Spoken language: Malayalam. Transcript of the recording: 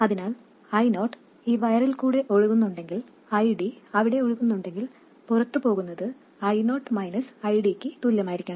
അതിനാൽ I0 ഈ വയറിൽക്കൂടെ ഒഴുകുന്നുണ്ടെങ്കിൽ ID അവിടെ ഒഴുകുന്നുവെങ്കിൽ പുറത്തു പോകുന്നത് I0 ID ക്ക് തുല്യമായിരിക്കണം